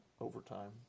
overtime